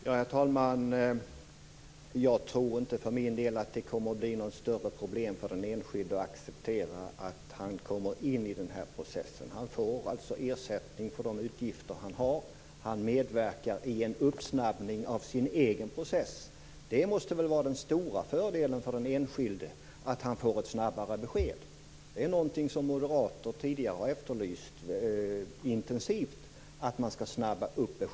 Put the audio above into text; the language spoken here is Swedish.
Herr talman! Jag tror för min del inte att det kommer att bli något större problem för den enskilde att acceptera att komma in i den här processen. Han får ersättning för de utgifter som han har, och han medverkar i en uppsnabbning av sin egen process. Den stora fördelen för den enskilde måste väl vara att han får ett snabbare besked. Att beskeden skall snabbas upp är något som moderater tidigare intensivt har efterlyst.